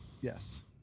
Yes